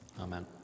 Amen